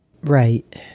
Right